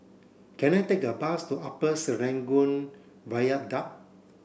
can I take a bus to Upper Serangoon Viaduct